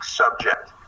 subject